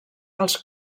els